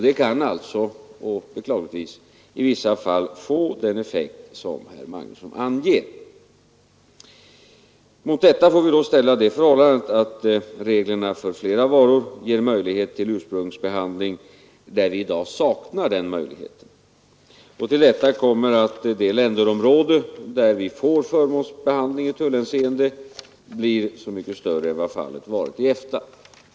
Det kan beklagligtvis i vissa fall leda till sådana effekter som herr Magnusson anger. Mot detta får vi ställa det förhållandet att reglerna ger möjlighet till ursprungsbehandling för flera varor där vi i dag saknar denna möjlighet. Till detta kommer att det länderområde där vi får förmånsbehandling i tullhänseende blir så mycket större än vad fallet varit i EFTA.